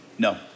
No